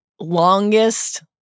Longest